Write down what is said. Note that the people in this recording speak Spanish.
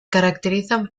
caracterizan